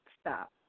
stop